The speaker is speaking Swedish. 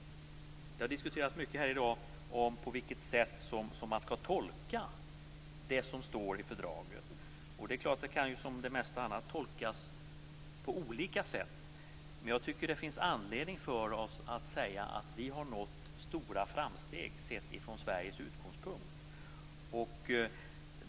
Det har diskuterats mycket här i dag på vilket sätt man skall tolka det som står i fördraget. Det är klart att detta som det mesta kan tolkas på olika sätt. Men jag tycker att det finns anledning för oss att säga att vi har nått stora framsteg sett ur Sveriges utgångspunkt.